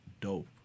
dope